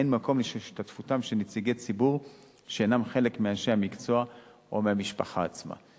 אין מקום להשתתפות נציגי ציבור שאינם חלק מאנשי המקצוע או מהמשפחה עצמה.